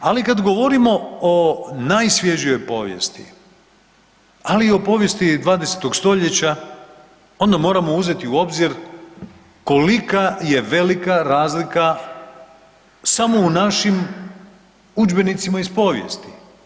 Ali kad govorimo o najsvježijoj povijesti, ali i o povijesti 20. stoljeća onda moramo uzeti u obzir kolika je velika razlika samo u našim udžbenicima iz povijesti.